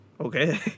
Okay